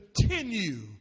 continue